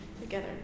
together